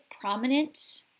prominent